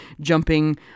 jumping